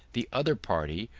the other party,